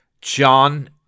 John